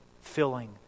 filling